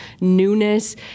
newness